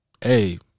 Hey